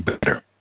better